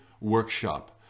workshop